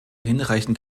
hinreichend